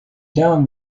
down